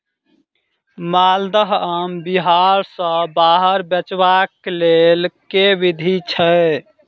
माल्दह आम बिहार सऽ बाहर बेचबाक केँ लेल केँ विधि छैय?